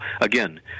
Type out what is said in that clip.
again